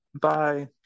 Bye